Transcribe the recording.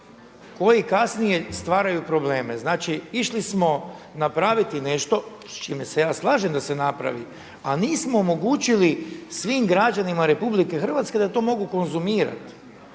koji kasnije stvaraju probleme. Znači išli smo napraviti nešto, s čime se ja slažem da se napravi, a nismo omogućili svim građanima RH da to mogu konzumirati.